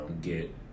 get